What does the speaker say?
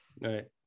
Right